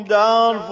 down